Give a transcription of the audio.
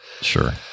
Sure